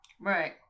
Right